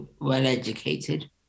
well-educated